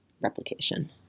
replication